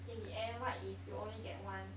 in the end what if you only get one